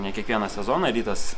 ne kiekvieną sezoną rytas